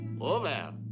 Over